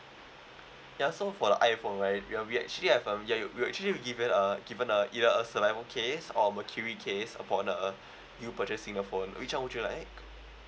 ya so for the iphone right ya we actually have um ya you we actually give it uh given a silicone case or mercury case upon uh you purchasing a phone which [one] would you like